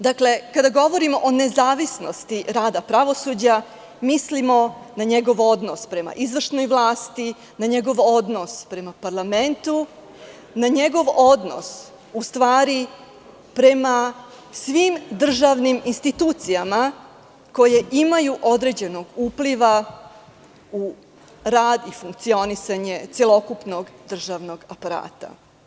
Dakle, kada govorimo o nezavisnosti rada pravosuđa, mislimo na njegov odnos prema izvršnoj vlasti, na njegov odnos prema parlamentu, na njegov odnos prema svim državnim institucijama koje imaju određenog upliva u rad i funkcionisanje celokupnog državnog aparata.